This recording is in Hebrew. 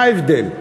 מה ההבדל?